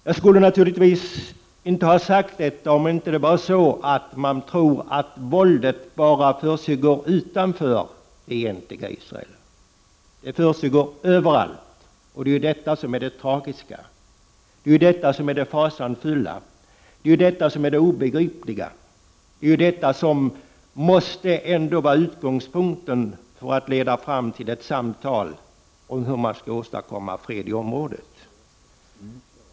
Jag skulle naturligtvis inte ha sagt detta om det inte var så att man tror att våldet bara förekommer utanför det egentliga Israel. Det förekommer överallt, och det är detta som är det tragiska, det fasansfulla och det obegripliga. Det är detta som måste vara utgångspunkten för ett samtal om hur man skall åstadkomma fred i området.